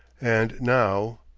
and now,